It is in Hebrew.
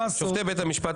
מספיק